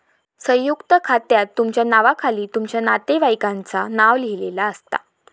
संयुक्त खात्यात तुमच्या नावाखाली तुमच्या नातेवाईकांचा नाव लिहिलेला असता